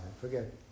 Forget